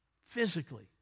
Physically